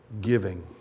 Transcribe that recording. giving